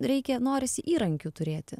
reikia norisi įrankiu turėti